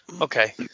Okay